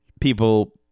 people